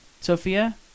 Sophia